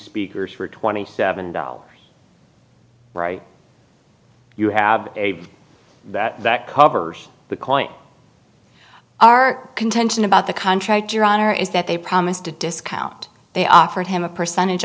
speakers for twenty seven dollars right you have a that that covers the coin our contention about the contract your honor is that they promised a discount they offered him a percentage